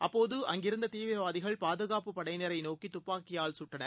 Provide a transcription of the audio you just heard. அப்போது அங்கிருந்ததீவிரவாதிகள் பாதுகாப்புப்படையினரைநோக்கிதுப்பாக்கியால் குட்டனர்